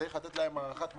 צריך לתת להם הארכת מועדים.